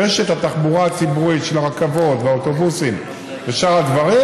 רשת התחבורה הציבורית של הרכבות והאוטובוסים ושאר הדברים